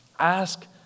Ask